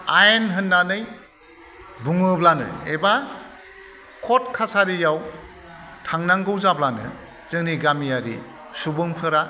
आयेन होननानै बुङोब्लानो एबा कर्ट कासारियाव थांनांगौ जाब्लानो जोंनि गामियारि सुबुंफोरा